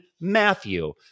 Matthew